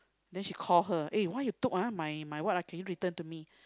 then she call her eh why you took ah my my what ah can you return to me